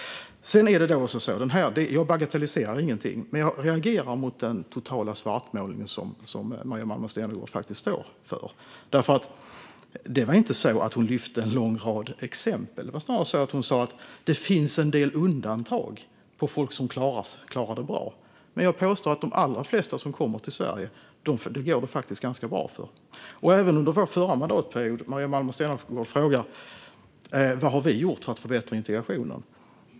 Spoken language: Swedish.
Jag bagatelliserar ingenting, men jag reagerar mot den totala svartmålning som Maria Malmer Stenergard faktiskt står för. Det var nämligen inte så att hon lyfte en lång rad exempel, utan det var snarare så att hon sa att det finns en del undantag där människor som har klarat sig bra. Men jag påstår att det faktiskt går ganska bra för de allra flesta som kommer till Sverige. Maria Malmer Stenergard frågar vad vi har gjort för att förbättra integrationen.